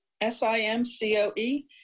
S-I-M-C-O-E